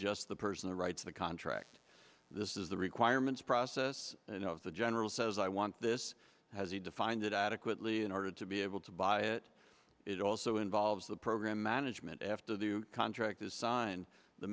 just the person who writes the contract this is the requirements process and of the general says i want this as he defined it adequately in order to be able to buy it it also involves the program management after the contract is signed the